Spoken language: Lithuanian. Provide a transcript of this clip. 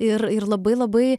ir ir labai labai